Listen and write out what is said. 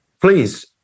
please